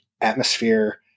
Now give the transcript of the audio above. atmosphere